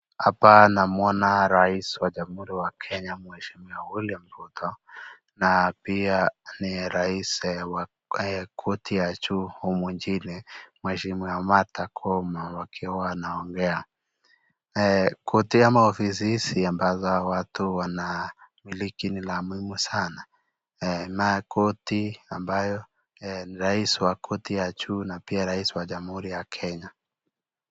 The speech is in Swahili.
Hapa namuona rais wa Jamhuri wa Kenya mheshimiwa William Ruto na pia ni rais wa korti ya juu humu nchini mheshimiwa Martha Koome wakiwa wanaongea. Korti ama ofisi hizi ambazo hawa watu wanamiliki ni la muhimu sana. Na korti ambayo ni rais wa korti ya juu na pia rais wa Jamhuri ya Kenya.